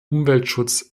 umweltschutz